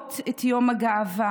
חוגגות את יום הגאווה.